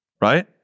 right